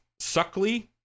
Suckley